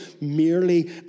merely